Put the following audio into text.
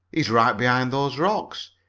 he's right behind those rocks.